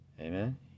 amen